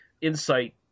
insight